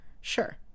Sure